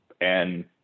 and-